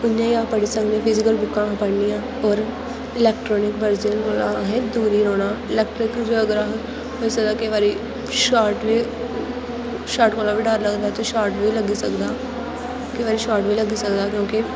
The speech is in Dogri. उ'आं गै अस पढ़ी सकने फिजीकल बुक्कां असें पढ़नियां और इलैक्ट्रनिक वर्जन कोला असें दूर गै रौह्ना इलैक्ट्रिक जेकर अस होई सकदा केईं बारी शार्ट बी शार्ट कोला बी डर लगदा ते शार्ट बी लग्गी सकदा केईं बारी शार्ट बी लग्गी सकदा क्योंकि